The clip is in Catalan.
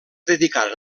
dedicaren